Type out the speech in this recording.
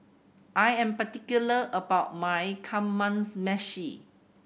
I am particular about my Kamameshi